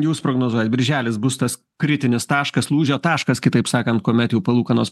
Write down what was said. jūs prognozuojat birželis bus tas kritinis taškas lūžio taškas kitaip sakant kuomet jau palūkanos